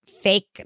fake